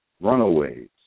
runaways